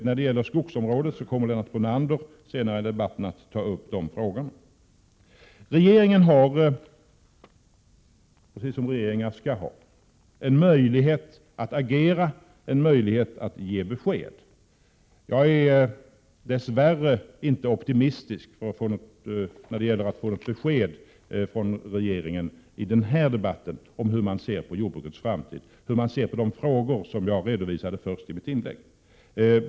När det gäller skogsområdet kommer Lennart Brunander senare i debatten att ta upp i det sammanhanget aktuella frågor. Regeringen har, precis som regeringar skall ha, en möjlighet att agera och att ge besked. Jag är dess värre inte optimistisk när det gäller att i den här debatten få besked från regeringen om hur man ser på jordbrukets framtid, hur man ser på de frågor som jag redovisade i början av mitt inlägg.